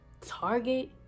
Target